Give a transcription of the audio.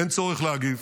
אין צורך להגיב.